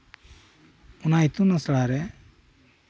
ᱚᱱᱟ ᱤᱛᱩᱱ ᱟᱥᱲᱟᱨᱮ